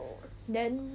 then